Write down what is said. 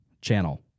channel